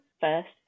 first